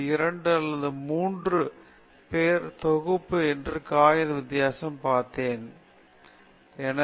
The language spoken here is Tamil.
அது இரண்டு அல்லது மூன்று பேர் தொகுப்பு உங்கள் காகித வித்தியாசமாக பார்த்தேன் என்று தான்